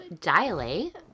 dilate